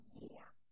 more